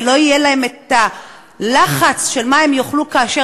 ולא יהיה להם את הלחץ של מה הם יאכלו כאשר